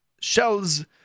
shells